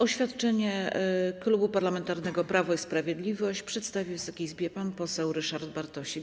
Oświadczenie Klubu Parlamentarnego Prawo i Sprawiedliwość przedstawi Wysokiej Izbie pan poseł Ryszard Bartosik.